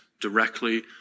directly